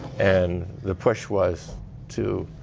and the push was to